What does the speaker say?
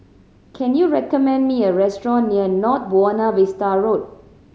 can you recommend me a restaurant near North Buona Vista Road